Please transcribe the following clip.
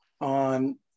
on